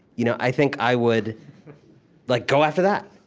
you know i think i would like go after that,